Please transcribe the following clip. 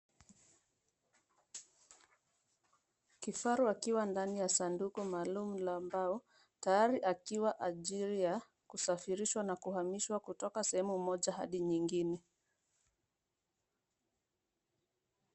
Kifaru akiwa ndani ya sanduku maalumu la mbao, tayari akiwa ajiri ya kusafirishwa na kuhamishwa kutoka sehemu moja hadi nyingine.